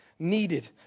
needed